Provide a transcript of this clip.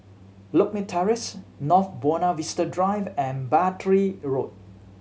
Lakme Terrace North Buona Vista Drive and Battery Road